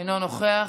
אינו נוכח.